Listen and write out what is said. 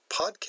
Podcast